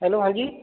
hello ਹਾਂਜੀ